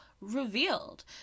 revealed